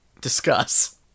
Discuss